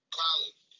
college